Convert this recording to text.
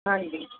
ਹਾਂਜੀ